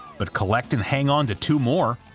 but collect and hang on to two more,